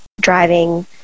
driving